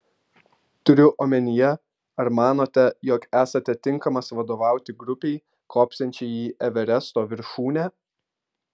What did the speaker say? turiu omenyje ar manote jog esate tinkamas vadovauti grupei kopsiančiai į everesto viršūnę